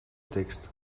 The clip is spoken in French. texte